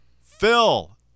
Phil